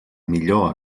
millor